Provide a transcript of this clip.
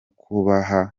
kuba